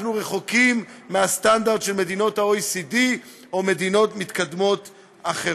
אנחנו רחוקים מהסטנדרט של מדינות ה-OECD או מדינות מתקדמות אחרות.